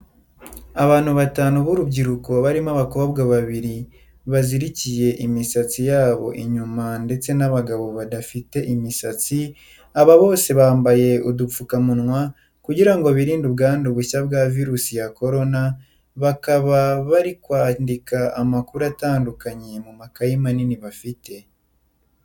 Abantu batanu b'urubyiruko barimo abakobwa babiri bazirikiye imisatsi yabo inyuma ndetse n'abagabo badafite imisatsi, aba bose bambaye udupfukamunwa kugira ngo birinde ubwandu bushya bwa virusi ya korona, bakaba bari kwandika amakuru atandukanye mu makayi manini bafite.